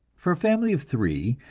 for a family of three,